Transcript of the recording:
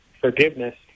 forgiveness